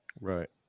Right